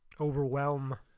overwhelm